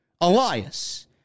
Elias